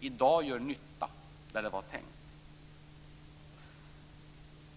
i dag gör nytta där det var tänkt.